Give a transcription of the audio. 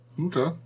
Okay